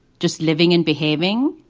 just living and behaving.